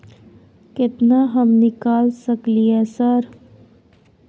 केतना हम निकाल सकलियै सर?